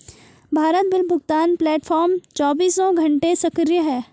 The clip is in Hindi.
भारत बिल भुगतान प्लेटफॉर्म चौबीसों घंटे सक्रिय है